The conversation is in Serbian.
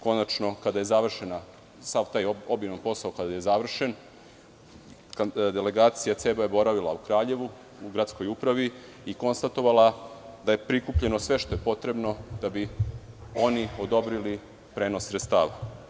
Konačno, kada je završen sav taj obiman posao, delegacija CEB je boravila u Kraljevu, u gradskoj upravi i konstatovala da je prikupljeno sve što je potrebno da bi oni odobrili prenos sredstava.